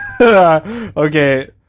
Okay